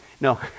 No